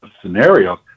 scenarios